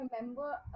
remember